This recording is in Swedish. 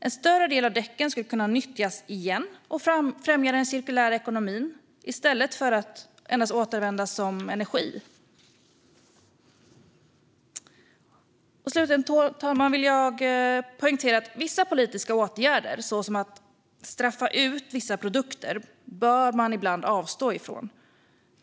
En större del av däcken skulle kunna nyttjas igen och främja den cirkulära ekonomin i stället för att endast återanvändas som energi. Slutligen, herr talman, vill jag poängtera att vissa politiska åtgärder, såsom att straffa ut vissa produkter, bör man ibland avstå ifrån.